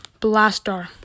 Blastar